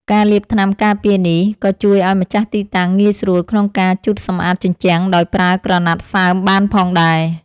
ការលាបថ្នាំការពារនេះក៏ជួយឱ្យម្ចាស់ទីតាំងងាយស្រួលក្នុងការជូតសម្អាតជញ្ជាំងដោយប្រើក្រណាត់សើមបានផងដែរ។